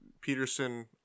Peterson